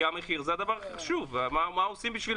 כי המחיר זה הדבר הכי חשוב מה עושים בשביל